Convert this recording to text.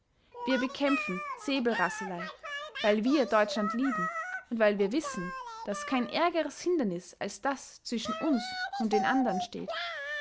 wir bekämpfen säbelrasselei weil wir deutschland lieben und weil wir wissen daß kein ärgeres hindernis als das zwischen uns und den andern steht